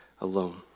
alone